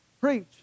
preach